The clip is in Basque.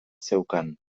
zeukan